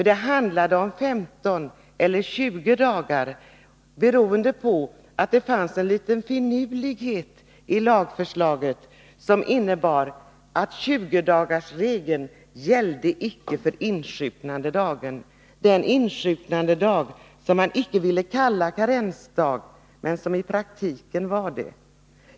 Det handlade om 15 eller 20 dagar, för det fanns en liten finurlighet i förslaget, som innebar att tjugodagarsregeln icke gällde för insjuknandedagen — den insjuknandedag som man icke ville kalla karensdag men som i praktiken var det.